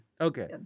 okay